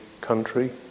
country